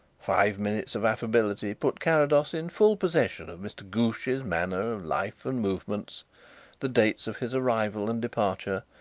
five minutes of affability put carrados in full possession of mr. ghoosh's manner of life and movements the dates of his arrival and departure,